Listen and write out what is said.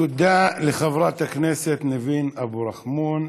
תודה לחברת הכנסת ניבין אבו רחמון,